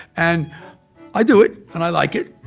and i do it, and i like it,